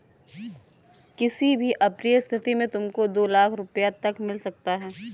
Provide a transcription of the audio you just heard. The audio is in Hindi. किसी भी अप्रिय स्थिति में तुमको दो लाख़ रूपया तक मिल सकता है